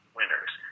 winners